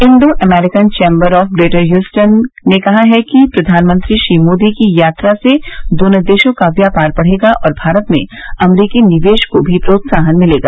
Indo American chamber of greater Houston ने कहा है कि प्रधानमंत्री श्री मोदी की यात्रा से दोनों देशों का व्यापार बढ़ेगा और भारत में अमरीकी निवेश को भी प्रोत्साहन मिलेगा